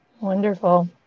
wonderful